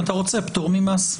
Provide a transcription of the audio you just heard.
--- אם אתה רוצה פטור ממס.